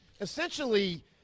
Essentially